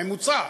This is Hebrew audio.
בממוצע,